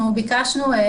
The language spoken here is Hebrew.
בבקשה.